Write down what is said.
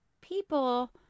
people